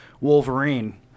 Wolverine